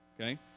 Okay